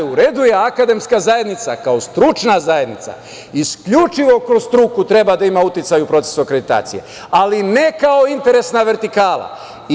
U redu je, akademska zajednica kao stručna zajednica isključivo kroz struku treba da ima uticaj u procesu akreditacije, ali ne kao interesna vertikala.